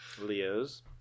Leo's